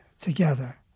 together